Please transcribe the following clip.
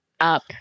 up